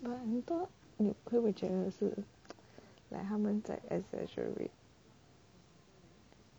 but 很多你会不会觉得是 like 他们在 exaggerate